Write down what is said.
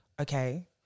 okay